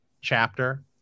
chapter